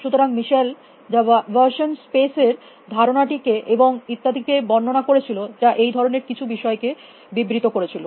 সুতরাং মিশেল যা version space এর ধারণাটি কে এবং ইত্যাদি বর্ণনা করেছিল যা এই ধরনের কিছু বিষয়কে বিবৃত করেছিল